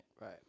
Right